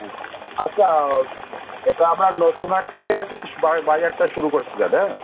হ্যাঁ আচ্ছা এটা আবার নতুন হাট থেকেই আরকি শু বাজারটা শুরু করছি তাহলে অ্যাঁ